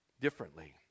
Differently